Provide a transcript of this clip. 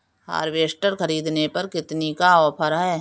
Harvester ख़रीदने पर कितनी का ऑफर है?